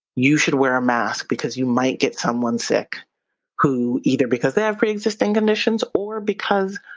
you should wear ah mask because you might get someone sick who, either because they have preexisting conditions, or because